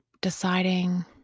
deciding